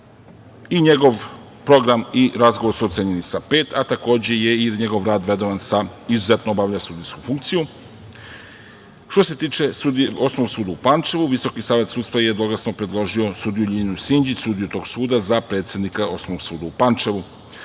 I njegov program i razgovor su ocenjeni sa „pet“, a takođe je i njegov rad vrednovan sa „izuzetno obavlja sudijsku funkciju“.Što se tiče Osnovnog suda u Pančevu, Visoki savet sudstva je jednoglasno predložio sudiju Ljiljanu Sinđić, sudiju tog suda, za predsednika Osnovnog suda u Pančevu.